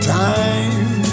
time